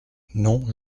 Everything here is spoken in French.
non